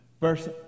verse